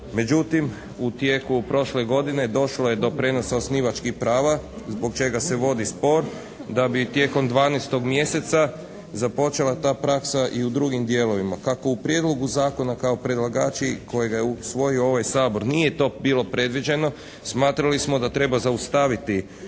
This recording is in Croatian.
Međutim, u tijeku prošle godine došlo je do prijenosa osnivačkih prava zbog čega se vodi spor da bi tijekom 12. mjeseca započela ta praksa i u drugim dijelovima. Kako u prijedlogu zakona kao predlagači kojega je usvojio ovaj Sabor nije to bilo predviđeno, smatrali smo da treba zaustaviti